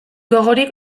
gogorik